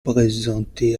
présenté